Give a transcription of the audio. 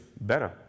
better